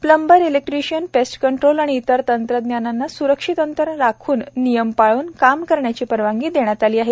plumber electrician pest control आणि इतर तंत्रज्ञांना सुरक्षित अंतर राखण्याचे नियम पाळून काम करण्याची परवानगी देण्यात आली आहे